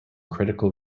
critical